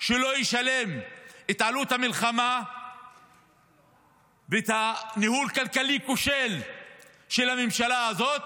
שלא ישלם את עלות המלחמה ואת הניהול הכלכלי הכושל של הממשלה הזאת,